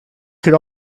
could